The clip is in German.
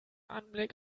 anblick